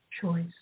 choice